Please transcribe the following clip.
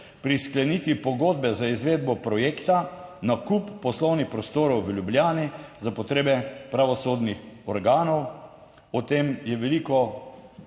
pri sklenitvi pogodbe za izvedbo projekta nakup poslovnih prostorov v Ljubljani za potrebe pravosodnih organov. O tem je veliko